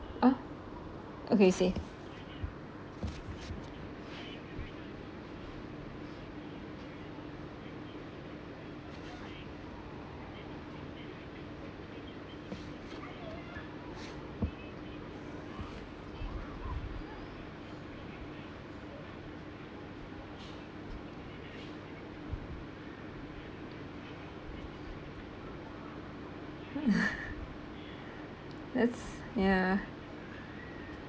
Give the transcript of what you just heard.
uh okay you see that's ya